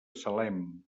salem